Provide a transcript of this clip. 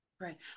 Right